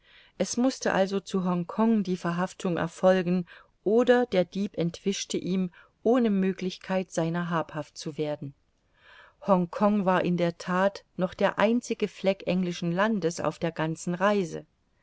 es mußte also zu hongkong die verhaftung erfolgen oder der dieb entwischte ihm ohne möglichkeit seiner habhaft zu werden hongkong war in der that noch der einzige fleck englischen landes auf der ganzen reise